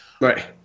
Right